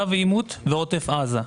קו עימות ועוטף עזה.